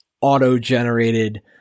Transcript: auto-generated